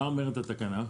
מה אומרת התקנה?